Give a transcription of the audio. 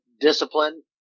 discipline